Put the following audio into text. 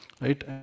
right